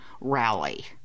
rally